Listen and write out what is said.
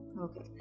Okay